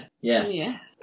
yes